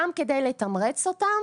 גם כדי לתמרץ אותם